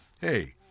hey